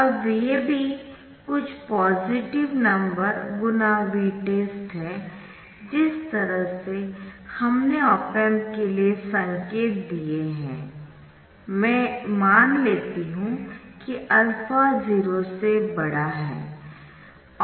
अब VAB कुछ positive number × Vtest है जिस तरह से हमने ऑप एम्प के संकेत दिए है मै मान लेती हु कि α 0 से बड़ा है